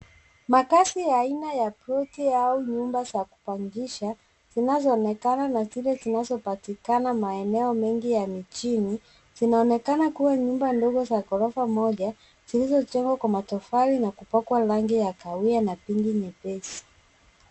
Makaazi ya aina ya ploti au nyumba za kupangisha zinazoonekana na zile zinazopatikana maeneo mengi ya mijini zinaonekana kuwa nyumba ndogo za ghorofa moja zilizojengwa kwa matofali na kupakwa rangi ya kahawia na pinki nyepesi.